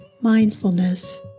mindfulness